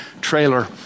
trailer